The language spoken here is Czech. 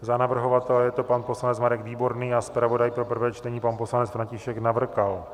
Za navrhovatele je to pan poslanec Marek Výborný a zpravodaj pro prvé čtení pan poslanec František Navrkal.